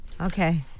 Okay